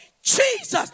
Jesus